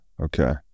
Okay